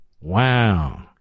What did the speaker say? wow